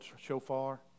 shofar